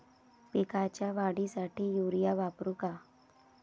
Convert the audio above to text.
पिकाच्या वाढीसाठी युरिया वापरू का?